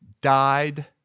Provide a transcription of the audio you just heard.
died